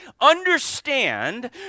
Understand